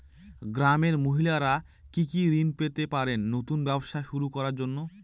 গ্রামের মহিলারা কি কি ঋণ পেতে পারেন নতুন ব্যবসা শুরু করার জন্য?